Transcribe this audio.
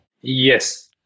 Yes